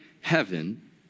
heaven